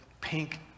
pink